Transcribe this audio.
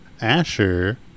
Asher